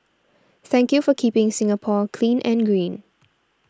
thank you for keeping Singapore clean and green